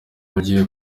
ugiye